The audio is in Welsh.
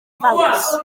ofalus